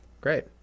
great